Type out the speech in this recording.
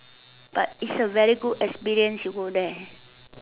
but is a very good experience to go there